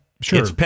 Sure